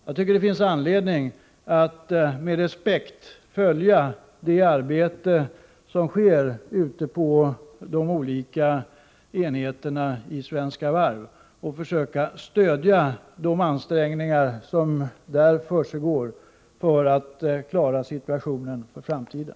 Jag tycker det finns anledning att med respekt följa det arbete som sker ute i de olika enheterna i Svenska Varv och stödja de ansträngningar som där görs för att klara situationen för framtiden.